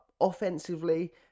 offensively